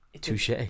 Touche